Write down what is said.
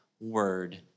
word